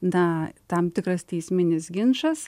na tam tikras teisminis ginčas